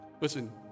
Listen